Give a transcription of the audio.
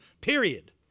period